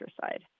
side